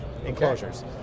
Enclosures